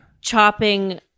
chopping